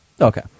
Okay